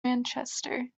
manchester